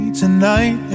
tonight